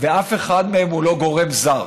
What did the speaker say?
ואף אחד מהם הוא לא גורם זר.